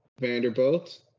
Vanderbilt